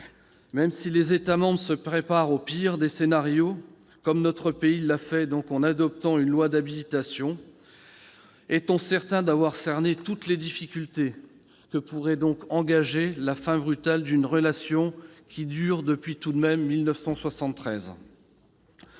Même si les États membres se préparent au pire des scénarios, comme notre pays l'a fait avec l'adoption d'une loi d'habilitation, est-on certain d'avoir cerné toutes les difficultés que pourrait engendrer la fin brutale d'une relation qui dure tout de même depuis